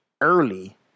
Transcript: early